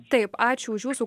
taip ačiū už jūsų